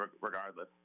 regardless